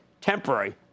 temporary